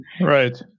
Right